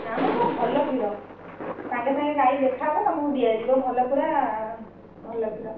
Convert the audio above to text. ନାଁ ମୋର ପୁରା ଭଲ କ୍ଷୀର ସାଙ୍ଗେ ସାଙ୍ଗେ ଗାଈ ଦେଖାଯିବ ତୁମକୁ ଯିବ ଭଲ ପୁରା ଭଲ କ୍ଷୀର